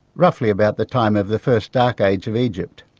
roughly about the time of the first dark age of egypt.